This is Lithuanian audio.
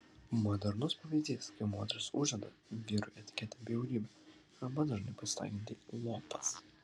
modernus pavyzdys kai moteris uždeda vyrui etiketę bjaurybė arba dažnai pasitaikantį lopas